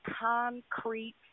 concrete